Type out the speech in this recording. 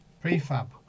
Prefab